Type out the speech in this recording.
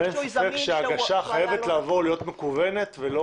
אבל ההגשה חייבת לעבור להיות מקוונת ולא